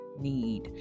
Need